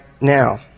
now